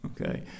okay